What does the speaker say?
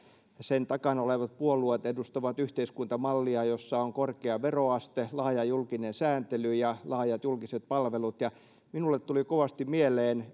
sen takana olevat puolueet edustavat yhteiskuntamallia jossa on korkea veroaste laaja julkinen sääntely ja laajat julkiset palvelut minulle tuli kovasti mieleen